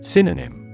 Synonym